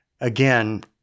again